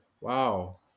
wow